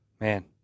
Man